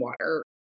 water